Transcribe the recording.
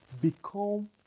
become